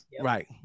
Right